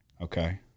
Okay